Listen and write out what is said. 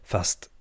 Fast